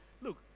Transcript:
Look